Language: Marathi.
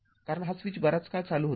कारण हा स्विच बराच काळ चालू होता